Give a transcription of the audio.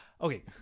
okay